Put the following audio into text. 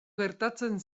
gertatzen